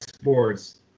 sports